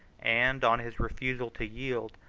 and, on his refusal to yield,